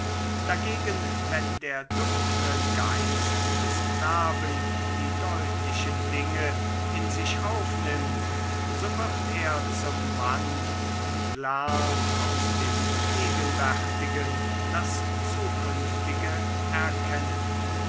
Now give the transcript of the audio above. dagegen wenn der dunkle geist des knaben die deutlichen dinge in sich aufnimmt so wird er zum mann und lernt aus dem gegenwärtigen das zukünftige erkennen